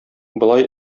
болай